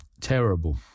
terrible